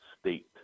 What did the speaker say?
state